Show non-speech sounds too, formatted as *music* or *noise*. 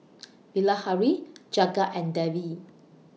*noise* Bilahari Jagat and Devi